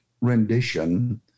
rendition